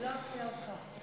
אני לא אפתיע אותך,